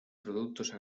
productos